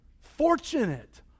fortunate